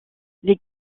les